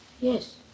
Yes